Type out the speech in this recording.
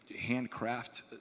handcraft